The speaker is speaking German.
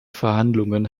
verhandlungen